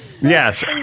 Yes